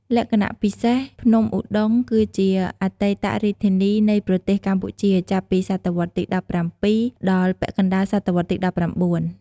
លក្ខណៈពិសេស ភ្នំឧត្តុង្គគឺជាអតីតរាជធានីនៃប្រទេសកម្ពុជាចាប់ពីសតវត្សទី ១៧ ដល់ពាក់កណ្ដាលសតវត្សទី ១៩។